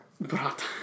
Brata